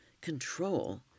Control